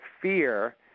fear